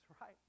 right